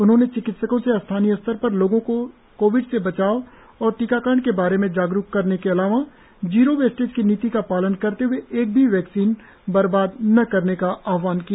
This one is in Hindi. उन्होंने चिकित्सकों से स्थानीय स्तर पर लोगों को कोविड से बचाव और टीकाकरण के बारे में जागरुक करने के अलावा जीरो वेस्टेज की नीति का पालन करते हुए एक भी वैक्सीन बर्बाद न करने का आहवान किया